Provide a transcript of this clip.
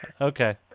Okay